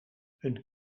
een